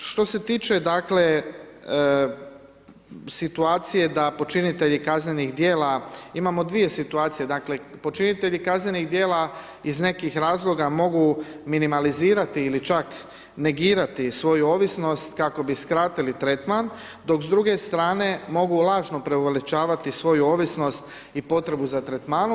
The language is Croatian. Što se tiče dakle, situacije da počinitelji kaznenih dijela, imamo 2 situacije, dakle počinitelji kaznenih tijela, iz nekih razloga, mogu minimalizirati ili čak negirati svoju ovisnost kako bi skratili tretman, dok s druge strane, mogu lažno preuveličavati svoju ovisnost i potrebu za tretmanom.